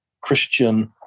Christian